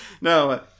No